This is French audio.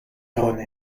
erroné